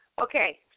Okay